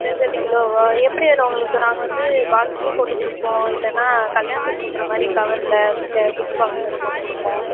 ரெண்டு ரெண்டு கிலோவா எப்படி வேணும் உங்களுக்கு நாங்கள் வந்து பாக்ஸ்லையும் போட்டுக்கொடுப்போம் இல்லைன்னா கல்யாணத்துக்கு கொடுக்குற மாதிரி கவரில் இந்த கிஃப்ட் பாக்ஸ்லலாம் போட்டுக்கொடுப்போம்